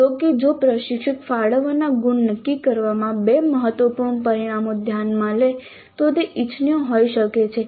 જો કે જો પ્રશિક્ષક ફાળવવાના ગુણ નક્કી કરવામાં બે મહત્વપૂર્ણ પરિમાણો ધ્યાનમાં લે તો તે ઇચ્છનીય હોઈ શકે છે